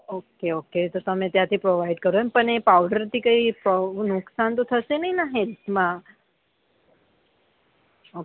okay okay તો તમે ત્યાંથી પ્રોવાઈડ કરો એમ પણ એ પાઉડરથી કંઈ નુકશાન તો થશે નહીંને હેલ્થમાં ઓકે